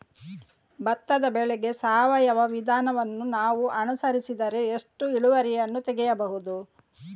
ಭತ್ತದ ಬೆಳೆಗೆ ಸಾವಯವ ವಿಧಾನವನ್ನು ನಾವು ಅನುಸರಿಸಿದರೆ ಎಷ್ಟು ಇಳುವರಿಯನ್ನು ತೆಗೆಯಬಹುದು?